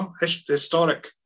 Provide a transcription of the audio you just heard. historic